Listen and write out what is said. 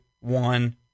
one